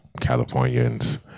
Californians